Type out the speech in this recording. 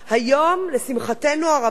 היום, לשמחתנו הרבה,